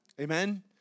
Amen